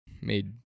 Made